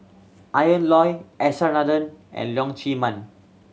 Ian Loy S R Nathan and Leong Chee Mun